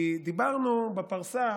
כי דיברנו בפרסה.